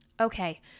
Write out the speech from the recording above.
Okay